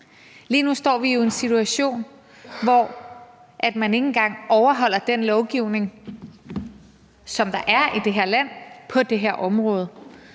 Lige nu står vi jo i en situation, hvor man ikke engang overholder den lovgivning, der er i det her land på det her område.